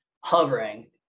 hovering